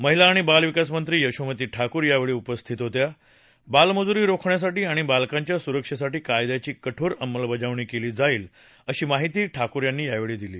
महिला आणि बालविकास मंत्री यशोमती ठाकूर यावेळी उपस्थित होत्या बालमजुरी रोखण्यासाठी आणि बालकांच्या सुरक्षेसाठी कायद्याची कठोर अंमलबजावणी केली जाईल अशी माहिती ठाकूर यांनी यावेळी दिली